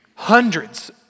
Hundreds